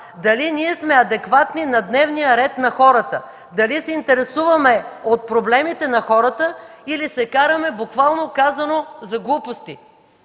дали ние сме адекватни на дневния ред на хората, дали се интересуваме от проблемите на хората или се караме, буквално казано, за глупости.